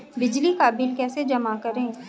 बिजली का बिल कैसे जमा करें?